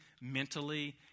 mentally